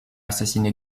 assassiné